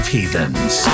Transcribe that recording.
Heathens